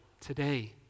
today